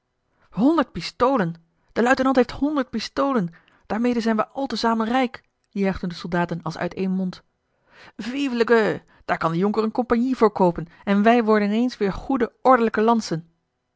honderd pistolen de luitenant heeft honderd pistolen daar zijn we al te zamen rijk juichten de soldaten als uit één mond vive le gueux daar kan de jonker eene compagnie voor koopen en wij worden in eens weêr goede ordelijke lantzen